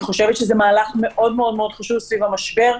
אני חושבת שזה מהלך מאוד מאוד חשוב סביב המשבר,